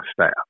staff